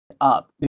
up